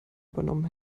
übernommen